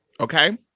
okay